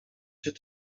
się